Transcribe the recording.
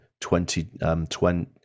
2020